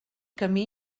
camí